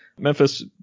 Memphis